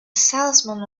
salesman